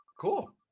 Cool